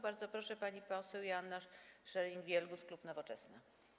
Bardzo proszę, pani poseł Joanna Scheuring-Wielgus, klub Nowoczesna.